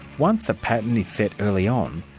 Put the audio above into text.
once a pattern is set early on,